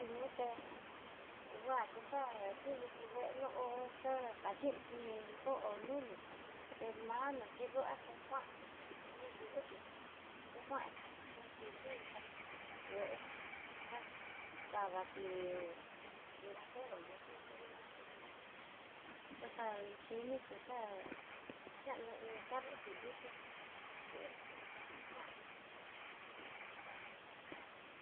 Nó ñute nguati xa'a kikuité no hó xhoo kaxiti nró nené, tená no tikuaté kuanti ni yutí tikuan ná kukivii katí. kué xhian kadatí tiradero ñá tuté ñá tuta kuchal xhiti ti xal xiano iin carro ti luxhi dayunatí kuanti.